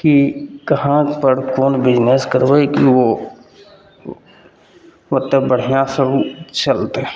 कि कहाँपर कोन बिजनेस करबै कि ओ ओतए बढ़िआँसे ओ चलतै